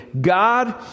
God